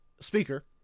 speaker